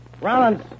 Rollins